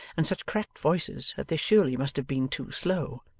and such cracked voices that they surely must have been too slow.